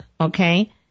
okay